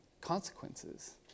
consequences